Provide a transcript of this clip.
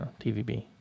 TVB